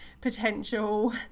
potential